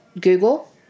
Google